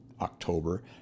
October